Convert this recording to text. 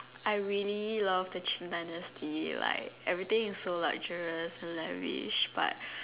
I really love the Qin dynasty like everything is so like generous and lavish but